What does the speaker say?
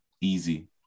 easy